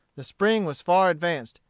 the spring was far advanced,